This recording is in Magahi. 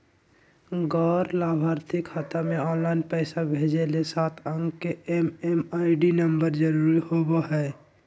गैर लाभार्थी खाता मे ऑनलाइन पैसा भेजे ले सात अंक के एम.एम.आई.डी नम्बर जरूरी होबय हय